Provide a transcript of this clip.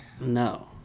No